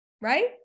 Right